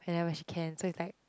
and then when she can so it's like